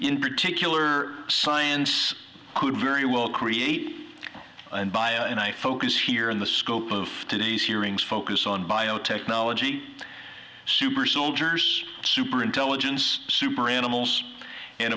in particular science could very well create and by and i focus here in the scope of today's hearings focus on biotechnology super soldiers super intelligence super animals and